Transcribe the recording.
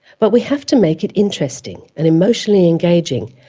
but we have to make it interesting and emotionally engaging,